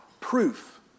proof